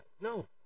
no